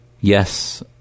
yes